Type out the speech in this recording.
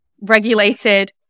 regulated